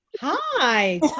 Hi